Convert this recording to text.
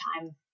time